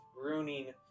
ruining